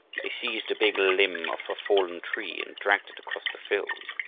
they seized a big limb of a fallen tree and dragged it across the field.